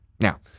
Now